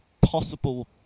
possible